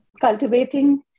cultivating